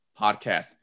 podcast